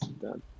done